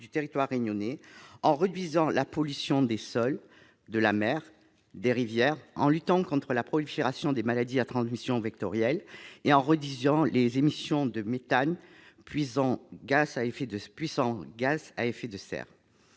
du territoire réunionnais, en réduisant la pollution des sols, de la mer, des rivières, en luttant contre la prolifération des maladies à transmission vectorielle et en réduisant les émissions de méthane, puissant gaz à effet de serre.